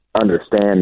understand